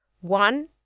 One